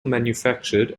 manufactured